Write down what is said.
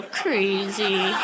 crazy